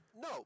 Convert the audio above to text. No